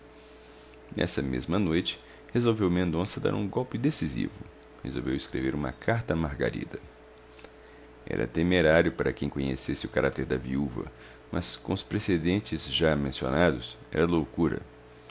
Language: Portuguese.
nessa mesma noite resolveu mendonça dar um golpe decisivo resolveu escrever uma carta a margarida era temerário para quem conhecesse o caráter da viúva mas com os precedentes já mencionados era loucura